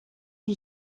une